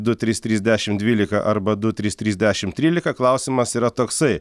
du trys trys dešimt dvylika arba du tris trys dešimt trylika klausimas yra toksai